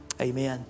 Amen